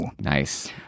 Nice